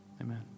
Amen